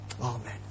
Amen